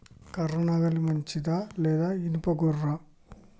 కర్ర నాగలి మంచిదా లేదా? ఇనుప గొర్ర?